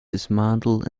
dismantle